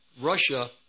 Russia